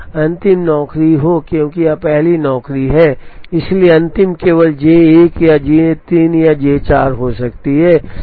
अंतिम नौकरी हो क्योंकि यह पहली नौकरी है इसलिए अंतिम केवल J 1 या J 3 या J 4 हो सकती है